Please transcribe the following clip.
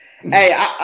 Hey